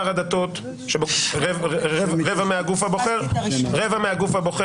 השני, שר הדתות רבע מהגוף הבוחר.